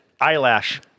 eyelash